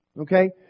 Okay